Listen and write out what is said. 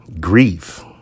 grief